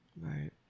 Right